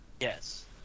Yes